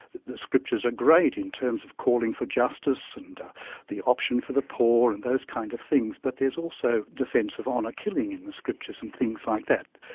the the scriptures are great in terms of calling for justice and the option for the poor and those kind of things. but there's also defence of honour killing in the scriptures and things like that.